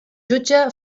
jutge